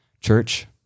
Church